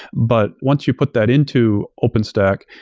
but once you put that into openstack,